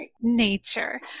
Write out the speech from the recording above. nature